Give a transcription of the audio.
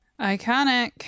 Iconic